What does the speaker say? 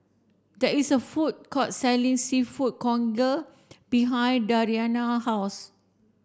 there is a food court selling seafood congee behind Dariana house